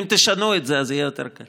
אם תשנו את זה, זה יהיה יותר קל.